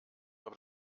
aber